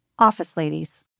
OfficeLadies